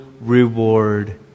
reward